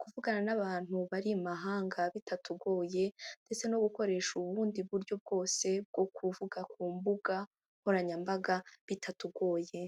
kuvugana n'abantu bari i mahanga bitatugoye ndetse no gukoresha ubundi buryo bwose bwo kuvuga ku mbuga nkoranyambaga bitatugoye.